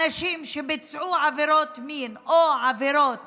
אנשים שביצעו עבירות מין או עבירות